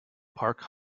park